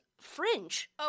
fringe